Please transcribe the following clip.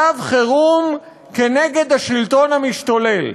מצב חירום נגד השלטון המשתולל.